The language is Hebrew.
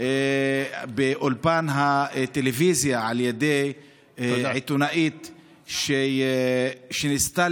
באולפן הטלוויזיה על ידי עיתונאית שניסתה